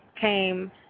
came